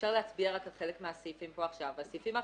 אפשר להצביע רק על חלק מהסעיפים פה עכשיו ואת הסעיפים אחרים,